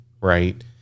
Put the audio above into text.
right